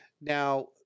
Now